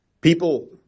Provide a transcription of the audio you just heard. people